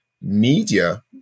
media